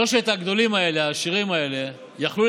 שלושת הגדולים האלה, העשירים האלה יכלו,